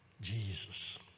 Jesus